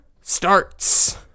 starts